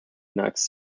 next